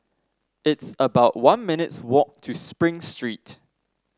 it's about one minutes' walk to Spring Street